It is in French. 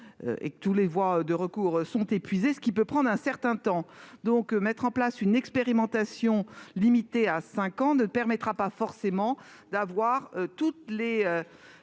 que toutes les voies de recours sont épuisées, ce qui peut prendre un certain temps. Mettre en place une expérimentation limitée à cinq ans ne permettra pas forcément d'évaluer toutes les